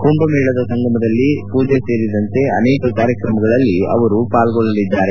ಕುಂಭಮೇಳದ ಸಂಗಮಲ್ಲಿ ಪೂಜೆ ಸೇರಿದಂತೆ ಅನೇಕ ಕಾರ್ಯಕ್ರಮಗಳಲ್ಲಿ ರಾಷ್ಟಪತಿ ಪಾಲ್ಗೊಳ್ಳಲಿದ್ದಾರೆ